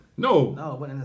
No